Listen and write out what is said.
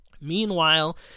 Meanwhile